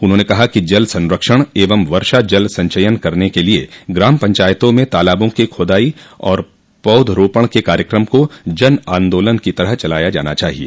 उन्होंने कहा कि जल संरक्षण एवं वर्षा जल संचयन करने के लिये ग्राम पंचायतों में तालाबों की खोदाई व पौध रोपण के कार्यक्रम को जन आन्दोलन की तरह चलाया जाना चाहिए